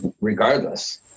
regardless